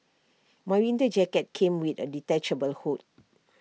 my winter jacket came with A detachable hood